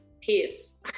peace